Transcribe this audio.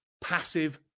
passive